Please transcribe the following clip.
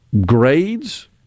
grades